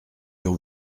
sur